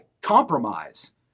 compromise